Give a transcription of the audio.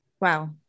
Wow